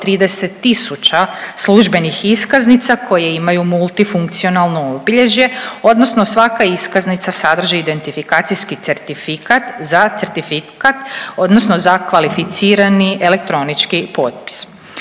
tisuća službenih iskaznica koje imaju multifunkcionalno obilježje odnosno svaka iskaznica sadrži identifikacijski certifikat za certifikat odnosno za kvalificirani elektronički potpis.